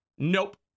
Nope